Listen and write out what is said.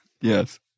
Yes